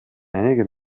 einige